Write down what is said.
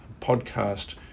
podcast